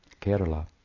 Kerala